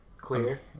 clear